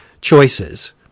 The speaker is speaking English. choices